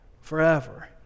forever